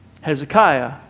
Hezekiah